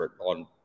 on